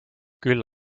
küll